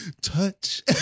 touch